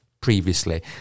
previously